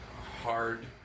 hard